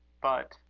but,